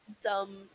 dumb